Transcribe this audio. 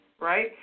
right